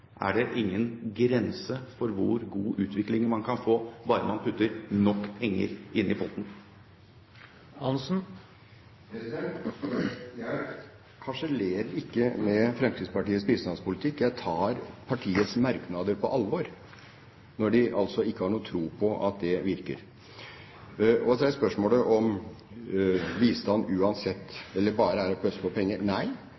Er det ingen grense for hvor god utvikling man kan få bare man putter nok penger inn i potten? Jeg harselerer ikke med Fremskrittspartiets bistandspolitikk. Jeg tar partiets merknader på alvor når de altså ikke har noen tro på at det virker. Og så er spørsmålet om bistand uansett blir bra hvis en bare pøser på med penger. Nei,